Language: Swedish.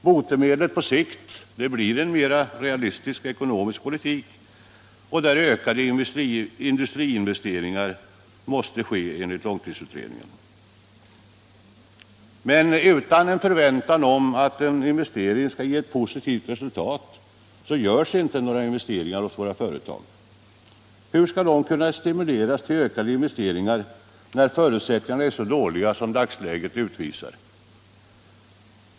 Botemedlet på sikt är enligt långtidsutredningen en mer realistisk ekonomisk politik och ökade industriinvesteringar. Men utan en förväntan om att en investering skall ge ett positivt resultat görs inte någon investering hos våra företag. Hur skall de kunna stimuleras till ökade investeringar, när förutsättningarna är så dåliga som dagsläget visar?